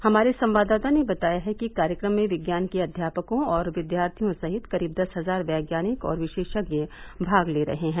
हमारे संवाददाता ने बताया है कि कार्यक्रम में विज्ञान के अध्यापकों और विद्यार्थियों सहित करीब दस हजार वैज्ञानिक और विशेषज्ञ भाग ले रहे हैं